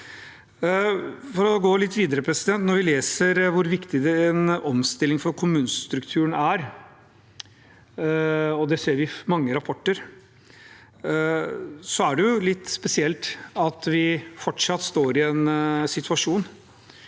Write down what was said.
Når vi leser hvor viktig en omstilling for kommunestrukturen er, og det ser vi i mange rapporter, er det litt spesielt at vi fortsatt står i en situasjon